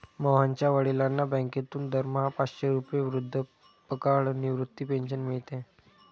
मोहनच्या वडिलांना बँकेतून दरमहा पाचशे रुपये वृद्धापकाळ निवृत्ती पेन्शन मिळते